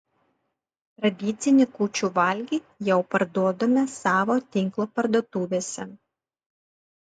tradicinį kūčių valgį jau parduodame savo tinklo parduotuvėse